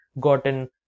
gotten